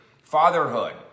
fatherhood